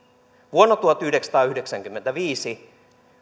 vuonna tuhatyhdeksänsataayhdeksänkymmentäviisi